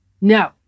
no